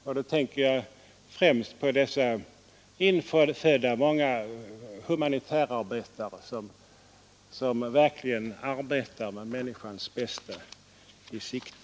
Det drabbar ju t.ex. även de många infödda humanitärarbetare, som hederligt arbetar med sikte på människornas bästa.